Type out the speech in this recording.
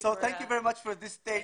ארסן מנהל הקונגרס היהודי הישראלי.